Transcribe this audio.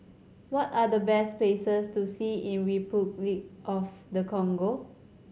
what are the best places to see in Repuclic of the Congo